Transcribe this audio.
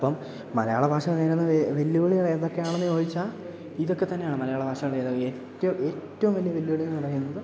അപ്പോള് മലയാള ഭാഷ നേരിടുന്ന വെല്ലുവിളികൾ ഏതൊക്കെയാണെന്ന് ചോദിച്ചാല് ഇതൊക്കെത്തന്നെയാണ് മലയാള ഭാഷ ഏറ്റവും വലിയ വെല്ലുവിളികളെന്നു പറയുന്നത്